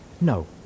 No